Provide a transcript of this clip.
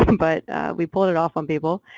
but we pulled it off on people.